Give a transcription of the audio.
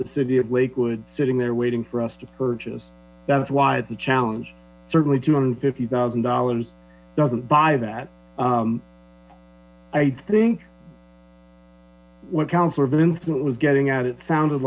the city of lakewood sitting there waiting for us to purchase that's why it's a challenge certainly two hundred fifty thousand dollars doesn't buy that i think what councilor vincent was getting at it sounded